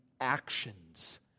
actions